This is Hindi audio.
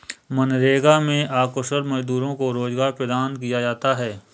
मनरेगा में अकुशल मजदूरों को रोजगार प्रदान किया जाता है